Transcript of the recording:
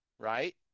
Right